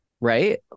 right